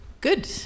Good